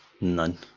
None